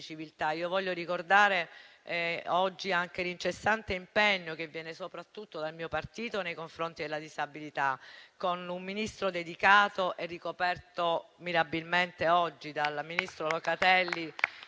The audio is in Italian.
Voglio ricordare oggi l'incessante impegno che viene soprattutto dal mio partito nei confronti della disabilità, con un Ministero dedicato, oggi mirabilmente ricoperto dal ministro Locatelli